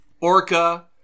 Orca